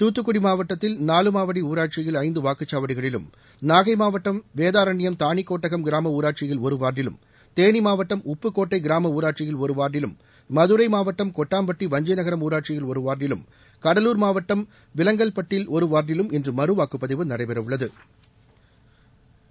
தூத்துக்குடி மாவட்டத்தில் நாலுமாவடி ஊராட்சியில் ஐந்து வாக்குச்சாவடிகளிலும் நாகை மாவட்டம் வேதாரண்யம் தானிகோட்டகம் கிராம ஊராட்சியில் ஒரு வார்டிலும் தேனி மாவட்டம் உப்புக்கோட்டை கிராம ஊராட்சியில் ஒரு வார்டிலும் மதுரை மாவட்டம் கொட்டாம்பட்டி வஞ்சி நகரம் ஊராட்சியில் ஒரு கடலூர் மாவட்டம் விலங்கல்பட்டில் ஒரு வார்டிலும் இன்று மறுவாக்குப்பதிவு நடைபெற வார்டிலும் உள்ளது